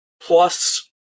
plus